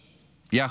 יחד,